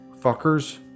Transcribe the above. Fuckers